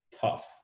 tough